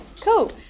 cool